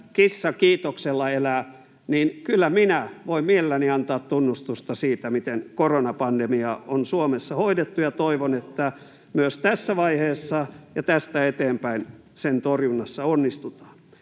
kissa kiitoksella elää, niin kyllä minä voin mielelläni antaa tunnustusta siitä, miten koronapandemia on Suomessa hoidettu, ja toivon, että myös tässä vaiheessa ja tästä eteenpäin sen torjunnassa onnistutaan.